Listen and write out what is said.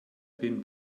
been